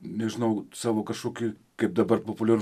nežinau savo kažkokį kaip dabar populiaru